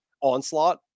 onslaught